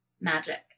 magic